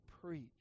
preach